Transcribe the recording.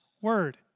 word